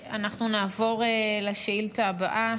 נעבור לשאילתה הבאה,